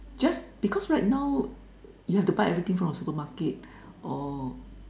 just because right now you have to buy everything from a supermarket uh